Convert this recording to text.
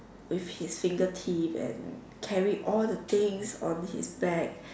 with his single teeth and carry all the things on his back